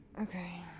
Okay